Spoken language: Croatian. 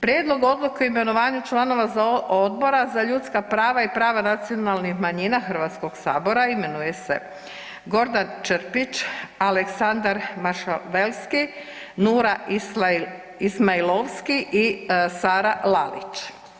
Prijedlog odluke o imenovanju članova Odbora za ljudska prava i prava nacionalnih manjina Hrvatskog sabora imenuje se Gordan Črpić, Aleksandar Mašavelski, Nura Ismailovski i Sara Lalić.